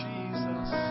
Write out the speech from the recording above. Jesus